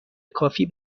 کافی